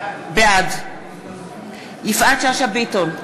בעד יפעת שאשא ביטון,